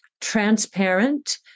transparent